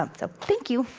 um so thank you!